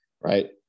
right